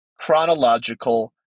Chronological